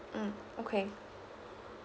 mm okay